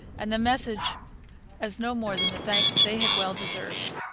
and the message as no more than the thanks they had well deserved.